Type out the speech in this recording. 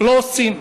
לא עושים.